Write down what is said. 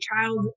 child